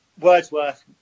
wordsworth